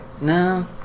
No